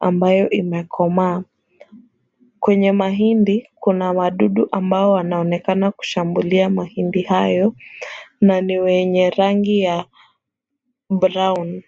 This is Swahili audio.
ambayo imekomaa. Kwenye mahindi, kuna madudu ambao wanaonekana kushambulia mahindi hayo. Na ni wenye rangi ya brown .